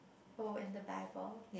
oh and the bible